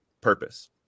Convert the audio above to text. Purpose